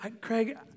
Craig